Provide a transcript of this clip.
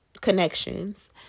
connections